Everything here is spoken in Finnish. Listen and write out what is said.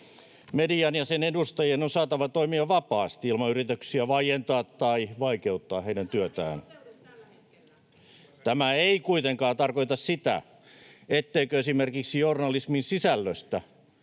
Median ja sen edustajien on saatava toimia vapaasti ilman yrityksiä vaientaa tai vaikeuttaa heidän työtään. [Eduskunnasta: Tämähän ei toteudu tällä hetkellä!] Tämä ei kuitenkaan tarkoita sitä, etteikö esimerkiksi journalismin sisällöstä